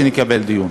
שנקבל דיון.